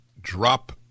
drop